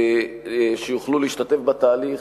שיוכלו להשתתף בתהליך